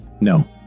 No